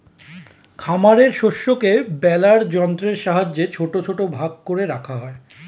খামারের শস্যকে বেলার যন্ত্রের সাহায্যে ছোট ছোট ভাগ করে রাখা হয়